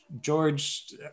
George